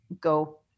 go